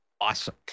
Awesome